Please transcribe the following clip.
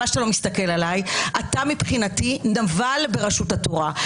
אתה מבחינתי נבל ברשות התורה,